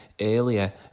earlier